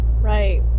Right